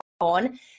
on